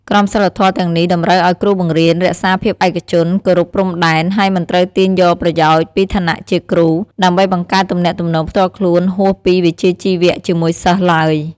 ក្រមសីលធម៌ទាំងនេះតម្រូវឱ្យគ្រូបង្រៀនរក្សាភាពឯកជន គោរពព្រំដែន ហើយមិនត្រូវទាញយកប្រយោជន៍ពីឋានៈជាគ្រូ ដើម្បីបង្កើតទំនាក់ទំនងផ្ទាល់ខ្លួនហួសពីវិជ្ជាជីវៈជាមួយសិស្សឡើយ។